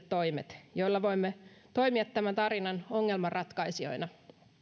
toimet joilla voimme toimia tämän tarinan ongelmanratkaisijoina